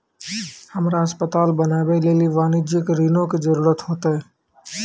हमरा अस्पताल बनाबै लेली वाणिज्यिक ऋणो के जरूरत होतै